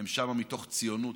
הם שם מתוך ציונות.